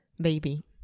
baby